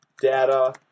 Data